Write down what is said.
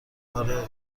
آره